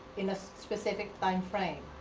in a specific timeframe.